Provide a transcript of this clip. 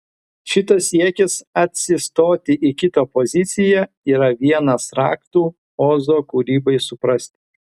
šitas siekis atsistoti į kito poziciją yra vienas raktų ozo kūrybai suprasti